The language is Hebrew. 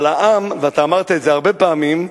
אבל העם, ואתה אמרת את זה הרבה פעמים,